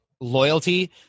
loyalty